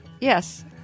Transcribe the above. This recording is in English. Yes